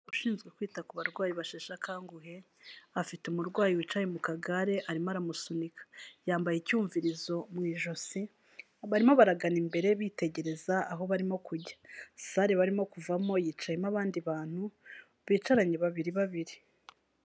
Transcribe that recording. Ushinzwe kwita ku barwayi basheshe akanguhe, afite umurwayi wicaye mu kagare arimo aramusunika. Yambaye icyumvirizo mu ijosi, barimo baragana imbere bitegereza aho barimo kujya. Sare barimo kuvamo yicayemo abandi bantu, bicaranye babiri babiri.